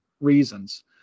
reasons